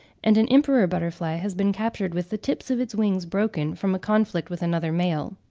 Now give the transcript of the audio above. and an emperor butterfly has been captured with the tips of its wings broken from a conflict with another male.